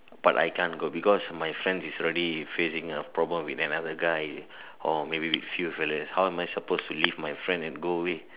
but I can't go because my friend is already facing a problem with another guy or maybe with few fellas how am I suppose to leave my friend and go away